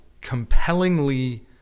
compellingly